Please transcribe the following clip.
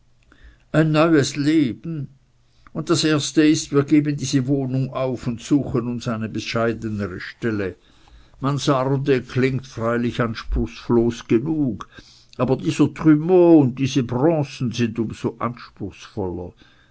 ein neues leben und das erste ist wir geben diese wohnung auf und suchen uns eine bescheidenere stelle mansarde klingt freilich anspruchslos genug aber dieser trumeau und diese bronzen sind um so anspruchsvoller